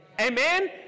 Amen